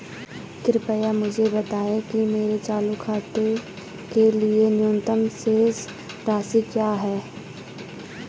कृपया मुझे बताएं कि मेरे चालू खाते के लिए न्यूनतम शेष राशि क्या है?